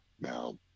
Now